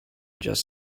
just